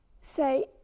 say